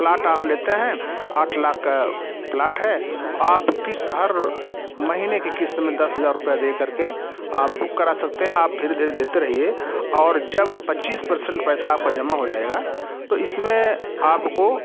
plot आप लेते हैं आठ लाख का प्लाट है आप किश्त हर महीने की किश्त में दस हज़ार रुपये दे करके आप बुक करा सकते हैं आप धीरे धीरे देते रहिए और जब पच्चीस परसेंट पैसा आपका जमा हो जाएगा तो इसमें आपको